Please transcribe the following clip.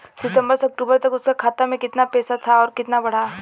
सितंबर से अक्टूबर तक उसका खाता में कीतना पेसा था और कीतना बड़ा?